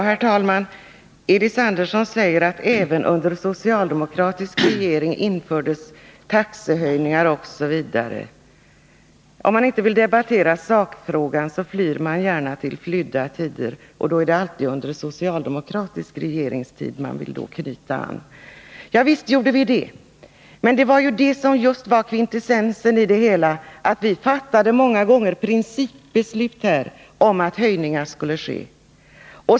Herr talman! Elis Andersson säger att vi även under de socialdemokratiska regeringarna införde taxehöjningar osv. Om man inte vill debattera sakfrågan, återgår man gärna till flydda tider, och då är det alltid till socialdemokratiska regeringar man vill knyta an. 2 Ja, visst införde vi taxehöjningar, men kvintessensen i det hela var just att vi många gånger fattade principbeslut om att höjningar skulle ske.